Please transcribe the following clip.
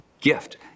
gift